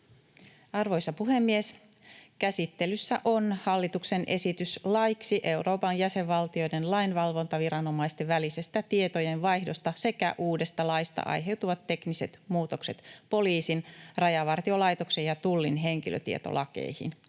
Arvoisa puhemies! Käsittelyssä on hallituksen esitys laiksi Euroopan jäsenvaltioiden lainvalvontaviranomaisten välisestä tietojenvaihdosta sekä uudesta laista aiheutuvat tekniset muutokset poliisin, Rajavartiolaitoksen ja Tullin henkilötietolakeihin.